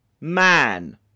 man